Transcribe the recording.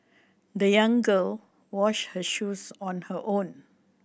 the young girl washed her shoes on her own